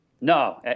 No